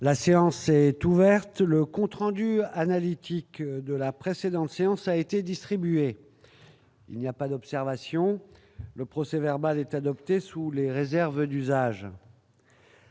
La séance est ouverte, le compte rendu analytique de la précédant l'séance a été distribué, il n'y a pas d'observation, le procès verbal est adoptée sous les réserves d'usage.